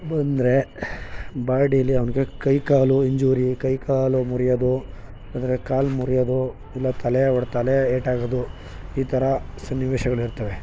ಬಂದರೆ ಬಾಡಿಲಿ ಅವ್ನಿಗೆ ಕೈ ಕಾಲು ಇಂಜೂರಿ ಕೈ ಕಾಲು ಮುರಿಯೋದು ಅಂದರೆ ಕಾಲು ಮುರಿಯೋದು ಇಲ್ಲ ತಲೆ ಒಡ್ ತಲೆ ಏಟಾಗೋದು ಈ ಥರ ಸನ್ನಿವೇಶಗಳಿರ್ತವೆ